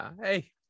Hey